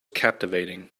captivating